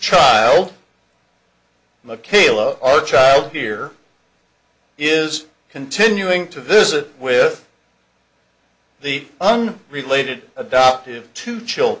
mckayla our child here is continuing to visit with the un related adoptive to chill